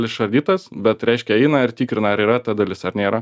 išardytas bet reiškia eina ir tikrina ar yra ta dalis ar nėra